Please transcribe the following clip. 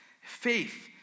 Faith